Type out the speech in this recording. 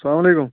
اسَلام علیکُم